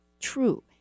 true